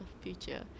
future